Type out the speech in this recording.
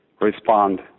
respond